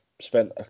spent